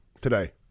today